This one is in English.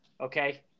Okay